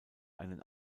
einen